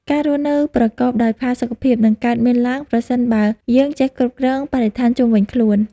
ការរស់នៅប្រកបដោយផាសុកភាពនឹងកើតមានឡើង ប្រសិនបើយើងចេះគ្រប់គ្រងបរិស្ថានជុំវិញខ្លួន។